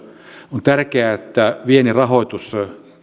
on tärkeää että viennin rahoitus